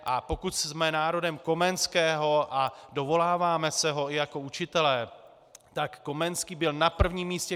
A pokud jsme národem Komenského a dovoláváme se ho i jako učitele, tak Komenský byl na prvním místě křesťan.